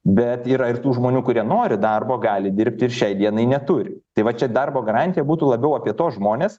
bet yra ir tų žmonių kurie nori darbo gali dirbti ir šiai dienai neturi tai va čia darbo garantija būtų labiau apie tuos žmones